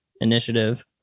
initiative